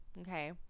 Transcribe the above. okay